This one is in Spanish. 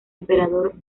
emperador